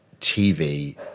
TV